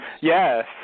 Yes